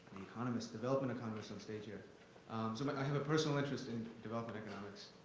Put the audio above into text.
economist, development economist on stage here. so i have a personal interest in development economics.